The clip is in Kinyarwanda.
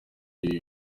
ibi